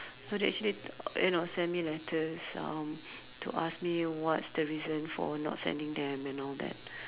so they actually you know send me letters um to ask me what's the reason for not sending them and all that